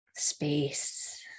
space